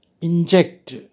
inject